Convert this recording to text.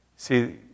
See